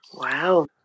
Wow